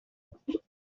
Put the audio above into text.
populaire